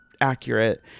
accurate